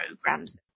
programs